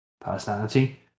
personality